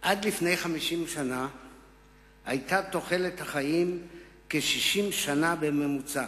עד לפני 50 שנה היתה תוחלת החיים כ-60 שנה בממוצע.